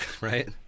right